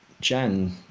Jan